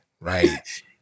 Right